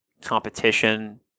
competition